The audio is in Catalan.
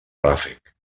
ràfec